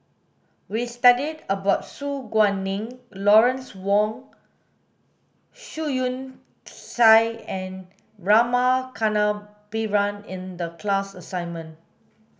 we studied about Su Guaning Lawrence Wong Shyun Tsai and Rama Kannabiran in the class assignment